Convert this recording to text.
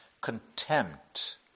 contempt